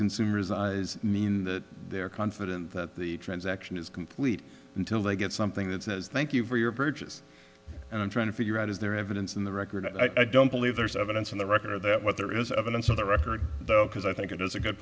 consumers mean that they're confident that the transaction is complete until they get something that says thank you for your purchase and i'm trying to figure out is there evidence in the record i don't believe there's evidence in the record that what there is evidence of the record though because i think it is a good